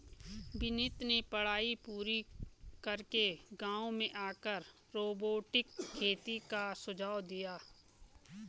विनीत ने पढ़ाई पूरी करके गांव में आकर रोबोटिक खेती का सुझाव दिया